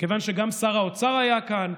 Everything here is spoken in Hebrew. כיוון שגם שר האוצר היה כאן,